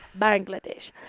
bangladesh